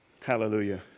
Hallelujah